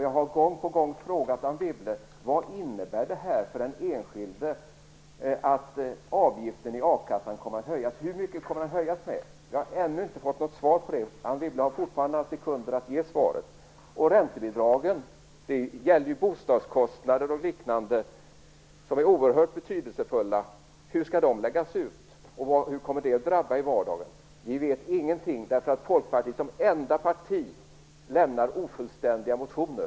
Jag har gång på gång frågat Anne Wibble vad det innebär för den enskilde att avgiften i akassan kommer att höjas. Hur mycket kommer den att höjas? Jag har ännu inte fått något svar på det. Anne Wibble har fortfarande några sekunder att ge svaret. Räntebidragen gäller bostadskostnader och liknande och är oerhört betydelsefulla. Hur skall de läggas ut, och hur drabbar det i vardagen? Vi vet ingenting, eftersom Folkpartiet som enda parti lämnar ofullständiga motioner.